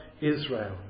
Israel